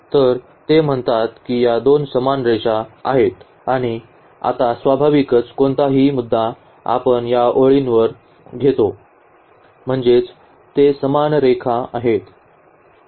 तर ते म्हणतात की या दोन समान रेषा आहेत आणि आता स्वाभाविकच कोणताही मुद्दा आपण या ओळीवर घेतो म्हणजेच ते समान रेखा आहेत